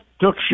took